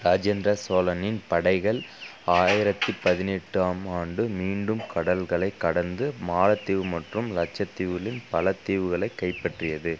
ராஜேந்திர சோழனின் படைகள் ஆயிரத்தி பதினெட்டாம் ஆண்டு மீண்டும் கடல்களைக் கடந்து மாலத்தீவு மற்றும் லட்சத்தீவுகளின் பல தீவுகளைக் கைப்பற்றியது